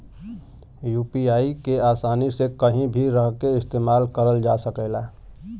UPI के आसानी से कहीं भी रहके इस्तेमाल करल जा सकला